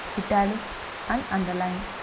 italic and underline.